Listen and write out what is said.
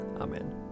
Amen